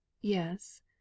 yes